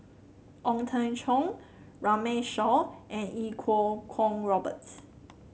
Ong Teng Cheong Runme Shaw and Iau Kuo Kwong Roberts